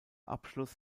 abschluss